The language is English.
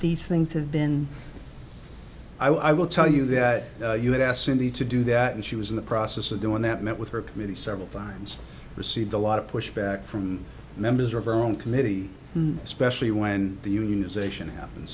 these things have been i will tell you that you had asked cindy to do that and she was in the process of doing that met with her committee several times received a lot of pushback from members of our own committee especially when the unionisation happened